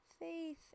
faith